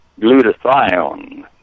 glutathione